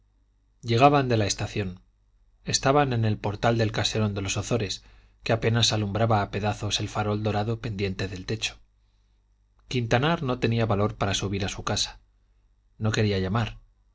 llegaban de la estación estaban en el portal del caserón de los ozores que apenas alumbraba a pedazos el farol dorado pendiente del techo quintanar no tenía valor para subir a su casa no quería llamar